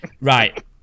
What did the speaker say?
Right